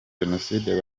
jenoside